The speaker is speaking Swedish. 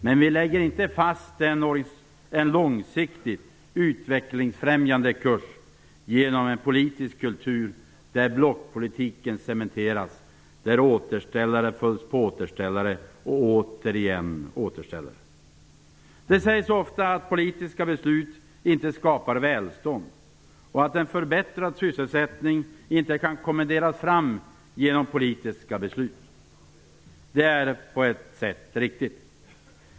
Men vi lägger inte fast en långsiktigt utvecklingsfrämjande kurs genom en politisk kultur där blockpolitiken cementeras, där återställare följs på återställare och återigen återställare. Det sägs ofta att politiska beslut inte skapar välstånd och att en förbättrad sysselsättning inte kan kommenderas fram genom politiska beslut. Det är på ett sätt riktigt.